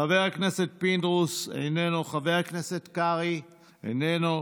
חבר הכנסת פינדרוס, איננו, חבר הכנסת קרעי, איננו.